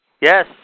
Yes